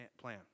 plan